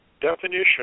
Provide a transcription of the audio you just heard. definition